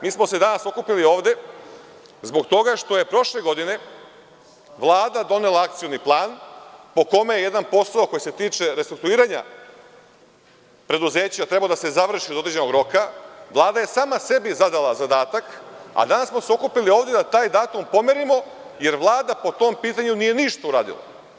Mi smo se danas okupili ovde zbog toga što je prošle godine Vlada donela Akcioni plan po kome jedan od poslova koji se tiče restrukturiranja preduzeća trebao da se završi do određenog roka, Vlada je sama sebi zadala zadatak, a danas smo se okupili ovde da taj datum pomerimo, jer Vlada po tom pitanju nije ništa uradila.